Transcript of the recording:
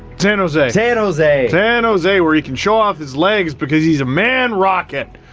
san jose. san jose! san jose, where he can show off his legs because he's a man rocket.